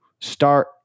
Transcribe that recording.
start